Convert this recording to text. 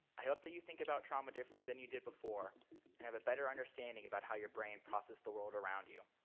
i hope that you think about trauma differently than you did before and have a better understanding about how your brain processes the world around you.